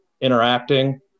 interacting